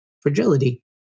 fragility